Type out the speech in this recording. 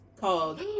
called